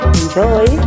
Enjoy